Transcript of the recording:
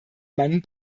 meinen